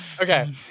Okay